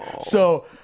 So-